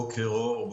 בוקר אור.